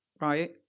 right